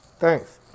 Thanks